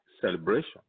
celebration